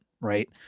right